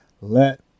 Let